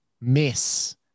miss